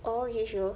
okay sure